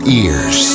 ears